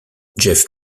jeff